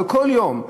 אבל כל יום,